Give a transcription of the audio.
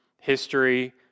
history